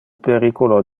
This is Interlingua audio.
periculo